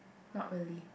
not really